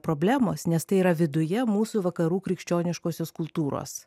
problemos nes tai yra viduje mūsų vakarų krikščioniškosios kultūros